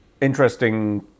Interesting